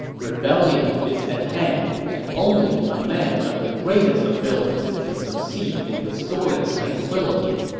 rebellion is at hand, and only a man of the greatest ability can succeed in restoring tranquillity.